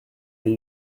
elle